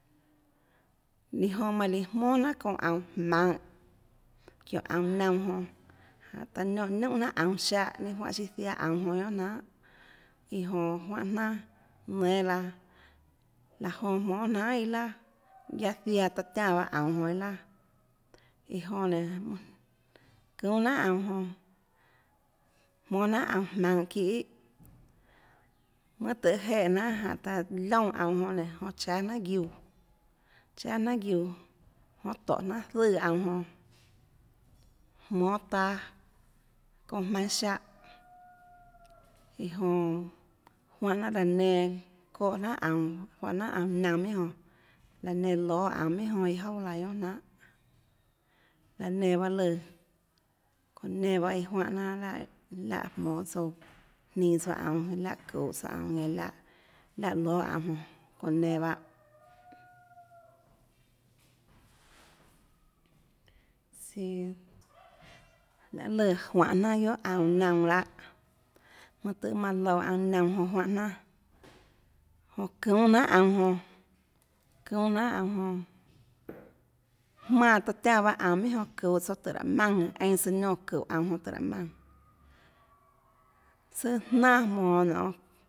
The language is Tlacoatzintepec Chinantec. Ctl- 07- m022 2 iã jonã manã líã jmónà jnanhà çounã aunå jmaønhå çiónhå aunå naunã jonã jánhå taã niónhã niúnhà jnanhà aunå siáhã ninâ juáhã siâ ziaã aunå jonã guionà jnanhà iã jonã juánhå jnanà nénâ laã laã jonã jmónâ jnanhà iâ laà guiaâ ziaã taã tiánã aunå jonã iâ laà iã jonã nénå çuúnâ jnanhà aunå jonã jmónâ jnanhà aunå jmaønhå çíhãíhã mønã tøhê jeè jnanhà jánhå taã liónã aunå jonã jonã cháâ jnanhà guiuã cháâ jnanhà guiuã jonã tóhå jnanhà zùã aunå jonã jmónâ taâ çounã jmaønâ siáhã iã jonã juánhã jnanà laå nenã çóhã jnanhà aunå juáhã jnanhà aunå naunã minhà jonã laã nenã lóâ aunå minhà jonã iâ jouà laã guionà jnanhà laã nenã bahâ lùã çounã iã nenã bahâ iã juánhã jnanà lahâ láhã jmonå tsouã jninå aunå láhã çuhå tsouã aunå nenã láhà láhã lóâ aunå jonã çounã nenã bahâ laê siå lùã juanê jnanà guiohà aunå naunã lahâ mønâ tøhê manã louã aunå naunã jonã juánhã jnanà jonã çuúnâ jnanhà aunå jonã çuúnâ jnanhà aunå jonã jmánã taã tiánã aunå minhà jonã çuhå tsouã tùhå aâ maùnã einã søã niónã çíhå aunå jonã tùhå raâ maùnã søà jnanà jmonå nonê